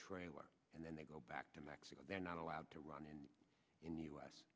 trailer and then they go back to mexico they are not allowed to run in in the u